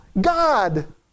God